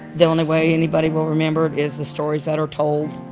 the only way anybody will remember is the stories that are told.